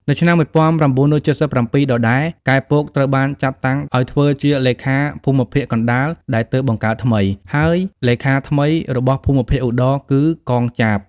នៅឆ្នាំ១៩៧៧ ដដែល កែ ពក ត្រូវបានចាត់តាំងឱ្យធ្វើជាលេខាភូមិភាគកណ្តាលដែលទើបបង្កើតថ្មី ហើយលេខាថ្មីរបស់ភូមិភាគឧត្តរគឺ កង ចាប។